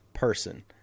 person